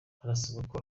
harasabwa